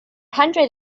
hundred